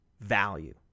value